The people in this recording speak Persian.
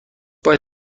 باید